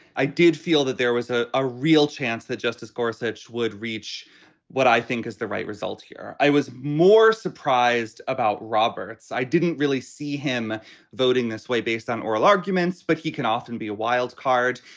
i did feel that there was ah a real chance that justice gorsuch would reach what i think is the right result here. i was more surprised about roberts. i didn't really see him voting this way based on oral arguments. but he can often be a wild card.